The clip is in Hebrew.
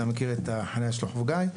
אתה מכיר את החנייה של חוף גיא?